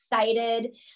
excited